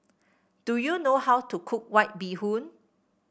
do you know how to cook White Bee Hoon